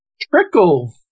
trickle